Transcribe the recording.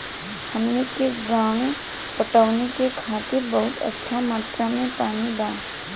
हमनी के गांवे पटवनी करे खातिर बहुत अच्छा मात्रा में पानी बा